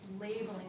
labeling